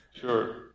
Sure